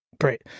Great